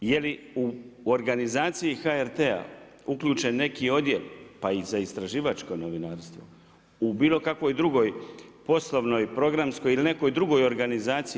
Je li u organizaciji HRT-a uključen neki odjel, pa i za istraživačko novinarstvo, u bilo kakvoj drugoj, poslovnoj, programskoj ili nekoj drugoj organizaciji?